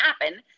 happen